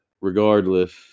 regardless